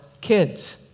kids